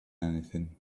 anything